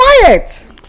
quiet